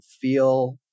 feel